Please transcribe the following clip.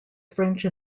french